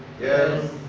Yes